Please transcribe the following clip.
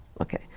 okay